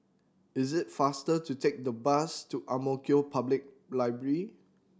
is it faster to take the bus to Ang Mo Kio Public Library